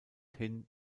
hin